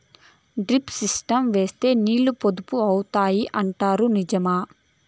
Drip system వేస్తే నీళ్లు పొదుపు అవుతాయి అంటారు నిజమా?